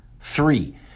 three